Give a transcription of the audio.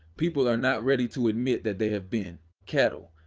people are not ready to admit that they have been cattle.